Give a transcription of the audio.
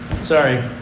Sorry